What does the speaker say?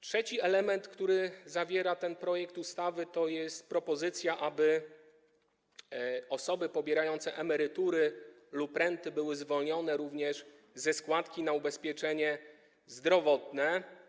Trzeci element, który zawiera ten projekt ustawy, to jest propozycja, aby osoby pobierające emerytury lub renty były zwolnione również ze składki na ubezpieczenie zdrowotne.